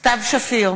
סתיו שפיר,